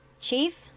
Chief